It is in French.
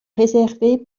réservé